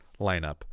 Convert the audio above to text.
lineup